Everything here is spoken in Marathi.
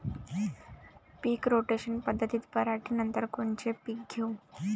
पीक रोटेशन पद्धतीत पराटीनंतर कोनचे पीक घेऊ?